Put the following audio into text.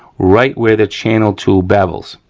right where the channel tool bevels,